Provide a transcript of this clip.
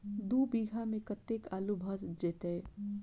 दु बीघा मे कतेक आलु भऽ जेतय?